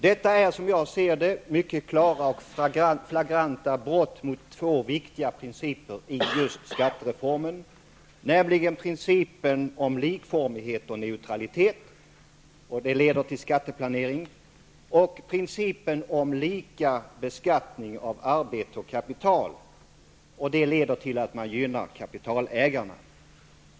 Detta är, som jag ser det, mycket klara och flagranta brott mot två viktiga principer i just skattereformen, nämligen principen om likformighet och neutralitet -- det leder till skatteplanering -- och principen om lika beskattning av arbete och kapital, som leder till att man gynnar kapitalägarna.